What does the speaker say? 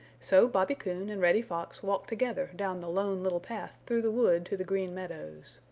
so bobby coon and reddy fox walked together down the lone little path through the wood to the green meadows.